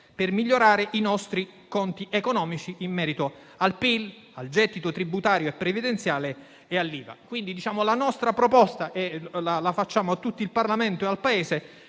per migliorare i nostri conti economici in merito al PIL, al gettito tributario e previdenziale e all'IVA. La nostra proposta, che facciamo a tutto il Parlamento e al Paese,